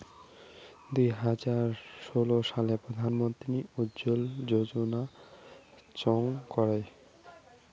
দুই হাজার ষোলো সালে প্রধান মন্ত্রী উজ্জলা যোজনা চং করাঙ